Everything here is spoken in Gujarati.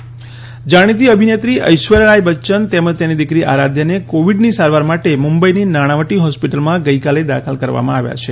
એશ્વર્યા રાય દાખલ જાણીતી અભિનેત્રી એશ્વર્યારાય બચ્યન તેમજ તેમની દીકરી આરાધ્યાને કોવીડની સારવાર માટે મુંબઇની નાણાવટી હોસ્પિટલમાં ગઇકાલે દાખલ કરવામાં આવ્યા છે